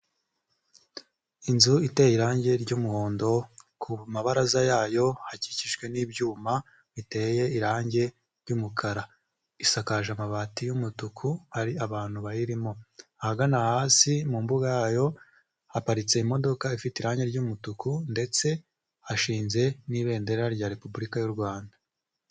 Inzu iteye irangi ry'umuhondo, ku mabaraza yayo hakikijwe n'ibyuma, biteye irangi ry'umukara, isakaje amabati y'umutuku hari abantu bayirimo, ahagana hasi mu mbuga yayo haparitse imodoka ifite irangi ry'umutuku, ndetse hashinze n'ibendera rya Repubulika y'u Rwanda.